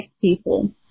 people